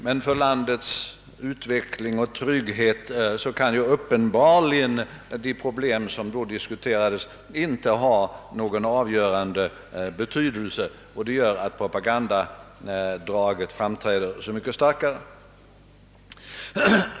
Men för landets utveckling och trygghet kan uppenbarligen de problem som då diskuterades inte ha någon avgörande betydelse, varför propagandadraget framträder så mycket starkare.